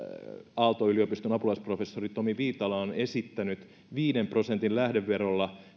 aalto yliopiston apulaisprofessori tomi viitala on esittänyt viiden prosentin lähdeverolla